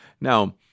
Now